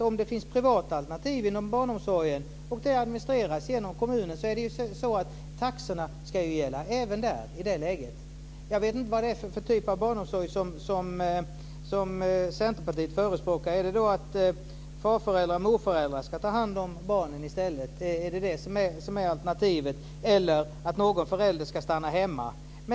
Om det finns privata alternativ inom barnomsorgen som administreras av kommunen ska taxorna gälla även där. Jag vet inte vad det är för typ av barnomsorg som Centerpartiet förespråkar. Är det att farföräldrar och morföräldrar i stället ska ta hand om barnen eller att någon förälder ska stanna hemma?